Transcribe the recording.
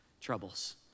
troubles